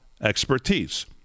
expertise